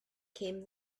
came